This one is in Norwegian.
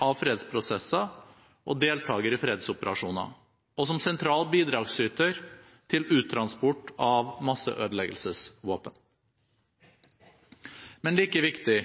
av fredsprosesser og deltaker i fredsoperasjoner, og som sentral bidragsyter til uttransport av masseødeleggelsesvåpen. Men like viktig: